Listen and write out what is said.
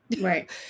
Right